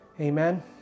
Amen